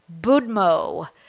budmo